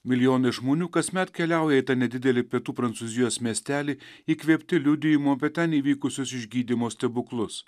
milijonai žmonių kasmet keliauja į tą nedidelį pietų prancūzijos miestelį įkvėpti liudijimų apie ten įvykusius išgydymo stebuklus